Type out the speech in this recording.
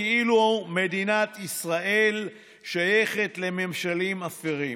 כאילו מדינת ישראל שייכת לממשלים אפלים.